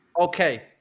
Okay